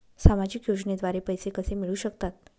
सामाजिक योजनेद्वारे पैसे कसे मिळू शकतात?